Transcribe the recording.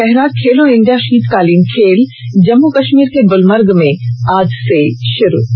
पहला खेलो इंडिया शीतकालीन खेल जम्मू कश्मीर के गुलमर्ग में आज से शुरू होगा